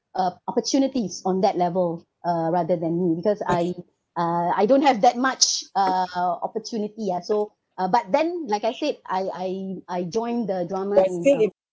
uh opportunities on that level uh rather than me because I uh I don't have that much uh opportunity ya so uh but then like I said I I I join the drama